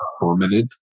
permanent